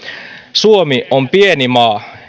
suomi on pieni maa